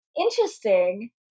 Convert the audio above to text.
interesting